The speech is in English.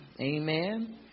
Amen